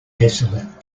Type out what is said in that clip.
desolate